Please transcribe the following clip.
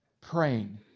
Praying